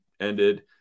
ended